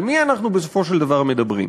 על מי אנחנו בסופו של דבר מדברים?